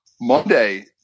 Monday